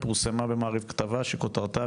פורסמה במעריב כתבה שכותרתה,